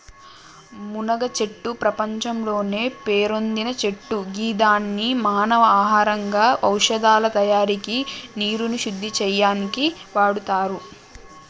మునగచెట్టు ప్రపంచంలోనే పేరొందిన చెట్టు గిదాన్ని మానవ ఆహారంగా ఔషదాల తయారికి నీరుని శుద్ది చేయనీకి వాడుతుర్రు